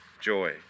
joy